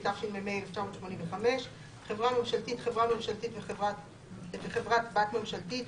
התשמ"ה 1985‏; "חברה ממשלתית" חברה ממשלתית וחברת בת ממשלתית,